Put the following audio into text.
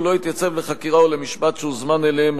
הוא לא התייצב לחקירה או למשפט שהוזמן אליהם,